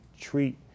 treat